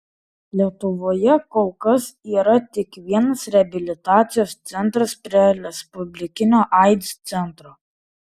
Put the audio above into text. lietuvoje kol kas yra tik vienas reabilitacijos centras prie respublikinio aids centro